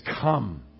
come